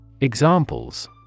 Examples